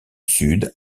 sud